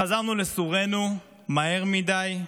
חזרנו לסורנו מהר מדי,